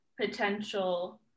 potential